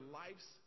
life's